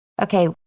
Okay